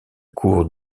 cours